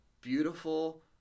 beautiful